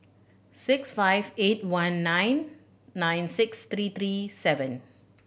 six five eight one nine nine six three three seven